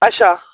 अच्छा